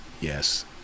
Yes